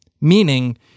Meaning